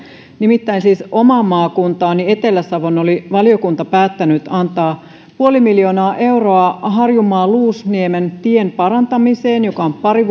nimittäin siis omaan maakuntaani etelä savoon oli valiokunta päättänyt antaa puoli miljoonaa euroa harjunmaan luusniemen tien parantamiseen joka on pari